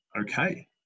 okay